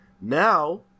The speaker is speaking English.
Now